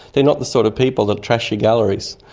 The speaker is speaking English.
they're not the sort of people that trash your galleries.